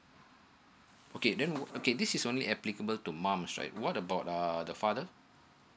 okay then okay this is only applicable to mom's right what about err the father